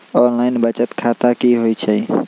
Online बचत खाता की होई छई?